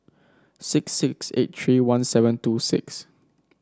six six eight three one seven two six